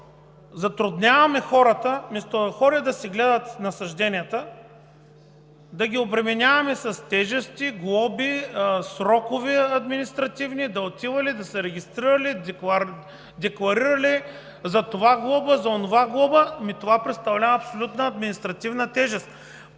Затрудняваме хората и вместо да ходят да си гледат насажденията, ги обременяваме с тежести, глоби, административни срокове – да отиват да се регистрират, декларират, за това глоба, за онова глоба, а това представлява абсолютна административна тежест.